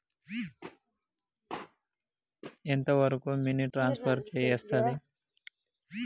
ఎంత వరకు money transfer చేయస్తది?